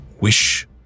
wish